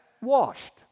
washed